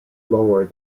lower